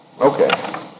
Okay